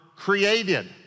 created